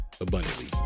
abundantly